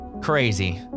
crazy